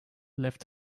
left